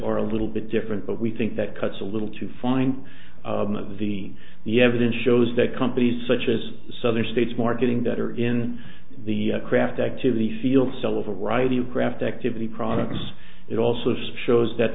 or a little bit different but we think that cuts a little to find the the evidence shows that companies such as southern states marketing that are in the craft activity field sell of a variety of craft activity products it also shows that